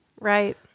Right